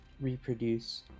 reproduce